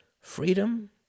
freedom